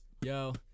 yo